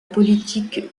politique